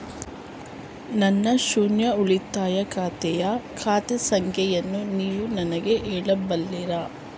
ನನ್ನ ಶೂನ್ಯ ಉಳಿತಾಯ ಖಾತೆಯ ಖಾತೆ ಸಂಖ್ಯೆಯನ್ನು ನೀವು ನನಗೆ ಹೇಳಬಲ್ಲಿರಾ?